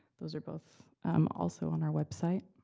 those are both um also on our website.